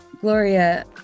Gloria